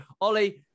Ollie